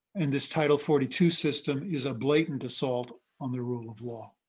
and this title forty two system is a blatant assault on the rule of law.